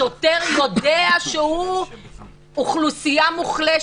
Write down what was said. השוטר יודע שהוא אוכלוסייה מוחלשת,